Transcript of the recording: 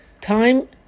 Time